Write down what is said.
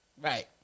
Right